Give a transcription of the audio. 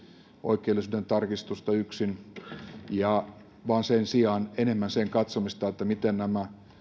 oikeellisuuden tarkistusta yksin vaan sen sijaan enemmän sen katsomista miten nämä